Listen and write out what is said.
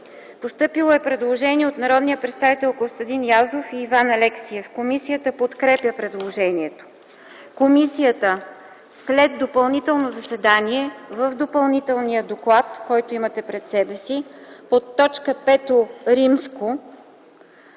Постъпило е предложение от народните представители Костадин Язов и Иван Алексиев. Комисията подкрепя предложението. Комисията, след допълнително заседание, в допълнителния доклад, който имате пред себе си, в т. V подкрепя